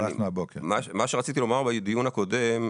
מה שרציתי לומר בדיון הקודם,